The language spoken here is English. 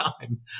time